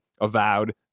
avowed